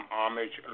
homage